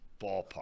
ballpark